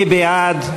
מי בעד?